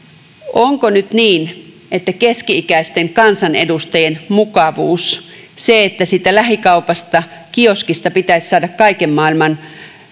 onko nyt niin että keski ikäisten kansanedustajien mukavuus se että siitä lähikaupasta kioskista pitäisi saada kaiken maailman